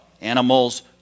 animals